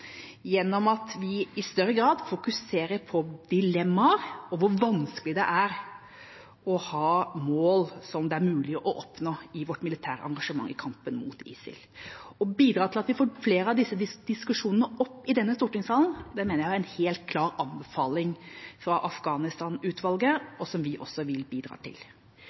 gjennom at vi i større grad fokuserer på dilemmaer og hvor vanskelig det er å ha mål som det er mulig å oppnå i vårt militære engasjement i kampen mot ISIL. Å bidra til at vi får flere av disse diskusjonene opp i stortingssalen, mener jeg er en helt klar anbefaling fra Afghanistan-utvalget som vi også vil bidra til.